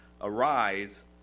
Arise